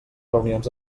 reunions